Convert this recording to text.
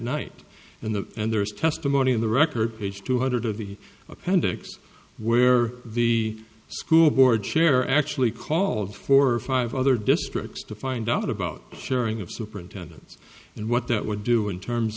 night in the and there is testimony in the record page two hundred to the appendix where the school board chair actually called for five other districts to find out about sharing of superintendents and what that would do in terms